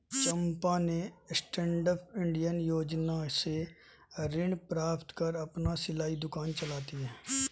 चंपा ने stand up India योजना से ऋण प्राप्त कर अपना सिलाई दुकान चलाती है